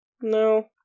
No